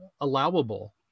allowable